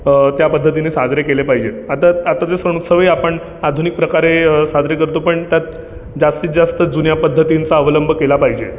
त्या पद्धतीने साजरे केले पाहिजेत आता आताचे सण उत्सव आपण आधुनिक प्रकारे साजरे करतो पण त्यात जास्तीत जास्त जुन्या पद्धतींचा अवलंब केला पाहिजे